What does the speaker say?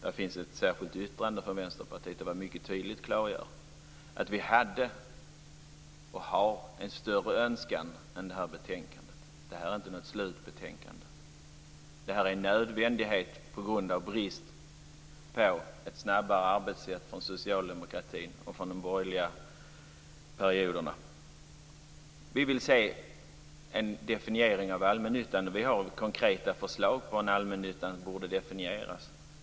Där finns ett särskilt yttrande från Vänsterpartiet där vi mycket tydligt klargör att vi hade och har en större önskan än den som finns i betänkandet. Detta är inte något slutbetänkande. Detta är en nödvändighet på grund av brist på ett snabbare arbetsätt från socialdemokratin nu och under de borgerliga perioderna tidigare. Vi vill se en definiering av allmännyttan, och vi har konkreta förslag på hur allmännyttan borde definieras.